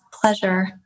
pleasure